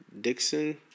Dixon